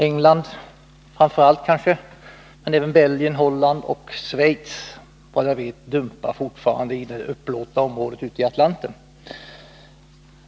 England, framför allt kanske, men även Belgien, Holland och Schweiz dumpar, såvitt jag vet, fortfarande i det upplåtna området ute i Atlanten.